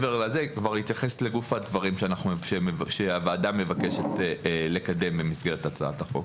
כבר להתייחס לגוף הדברים שהוועדה מבקשת לקדם במסגרת הצעת החוק.